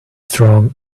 strong